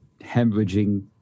hemorrhaging